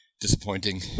Disappointing